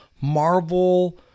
Marvel